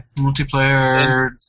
Multiplayer